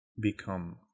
become